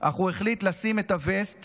אך הוא החליט לשים את הווסט